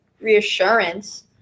reassurance